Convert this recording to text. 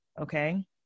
okay